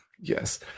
Yes